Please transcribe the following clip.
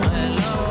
Hello